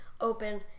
open